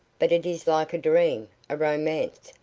but it is like a dream a romance,